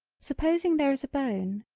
supposing there is a bone,